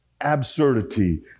absurdity